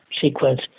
sequence